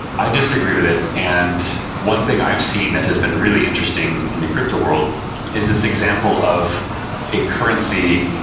i disagree with it, and one thing i've seen that has been really interesting in the crypto world is this example of a currency,